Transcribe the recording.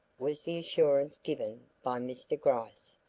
was the assurance given by mr. gryce,